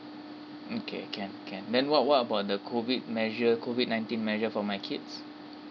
mm K can can then what what about the COVID measure COVID ninety measure for my kids